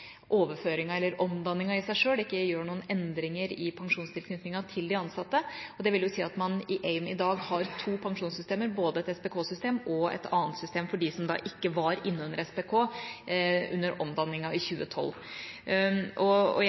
eller omdanningen i seg selv ikke fører til noen endring i pensjonstilknytningen til de ansatte. Det vil si at man i AIM i dag har to pensjonssystem, både et SPK-system og et annet system for dem som ikke var i SPK under omdanningen i 2012.